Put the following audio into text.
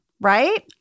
Right